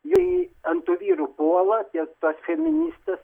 jei ant tų vyrų puola tiek tos feministės